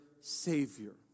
Savior